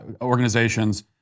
organizations